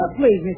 please